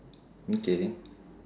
okay